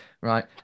right